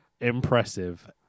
Impressive